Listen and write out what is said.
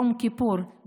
יום כיפור,